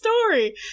story